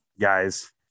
guys